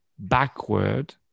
backward